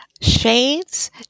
shades